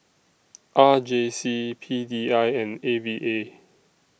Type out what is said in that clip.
R J C P D I and A V A